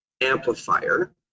amplifier